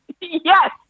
Yes